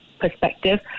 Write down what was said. perspective